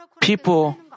People